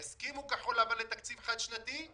אם יסכימו כחול לבן לתקציב חד-שנתי,